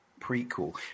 prequel